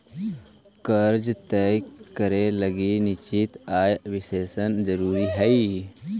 कर्जा तय करे लगी निश्चित आय विश्लेषण जरुरी हई